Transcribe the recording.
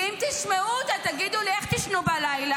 כי אם תשמעו אותה, תגידו לי, איך תישנו בלילה?